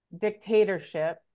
dictatorship